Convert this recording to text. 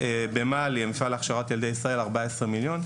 ובמל"י, המפעל להכשרת ילדי ישראל, 14 מיליון.